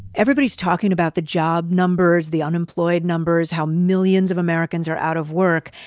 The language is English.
everybody's talking about the job numbers, the unemployed numbers, how millions of americans are out of work.